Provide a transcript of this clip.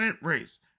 race